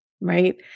right